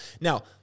Now